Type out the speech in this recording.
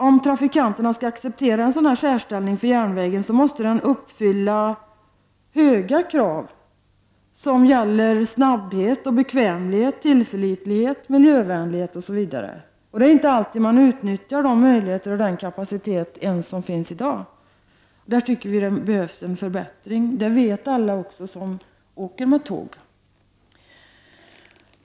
Om trafikanterna skall acceptera en särställning för järnvägen måste den uppfylla höga krav i fråga om snabbhet, bekvämlighet, tillförlitlighet, miljövänlighet osv. Det är inte alltid man utnyttjar ens de möjligheter och den kapacitet som finns i dag. Därför anser vi att det behövs en förbättring, och det vet alla som färdas med tåg.